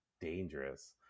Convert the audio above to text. dangerous